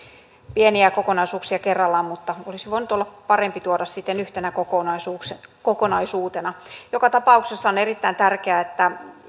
pieniä kokonaisuuksia kerrallaan mutta olisi voinut olla parempi tuoda sitten yhtenä kokonaisuutena joka tapauksessa on erittäin tärkeää että